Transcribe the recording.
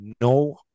no